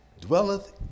dwelleth